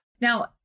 Now